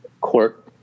court